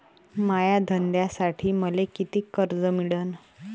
माया धंद्यासाठी मले कितीक कर्ज मिळनं?